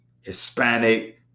Hispanic